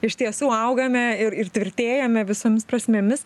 iš tiesų augame ir ir tvirtėjame visomis prasmėmis